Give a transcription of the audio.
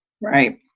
Right